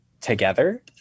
together